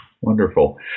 Wonderful